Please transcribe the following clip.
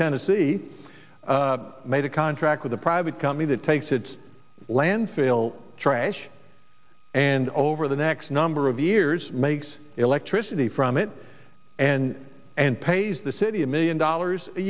tennessee made a contract with a private company that takes its landfill trash and over the next number of years makes electricity from it and and pays the city a million dollars a